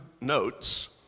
notes